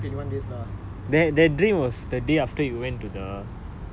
something lah twenty one also some significance around twenty one days lah